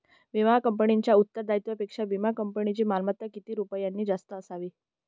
विमा कंपनीच्या उत्तरदायित्वापेक्षा विमा कंपनीची मालमत्ता किती रुपयांनी जास्त असावी?